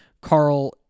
Carl